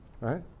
Right